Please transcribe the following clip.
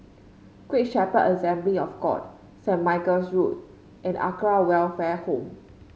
Great Shepherd Assembly of God Saint Michael's Road and Acacia Welfare Home